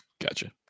gotcha